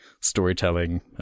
storytelling